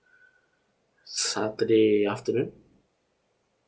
saturday afternoon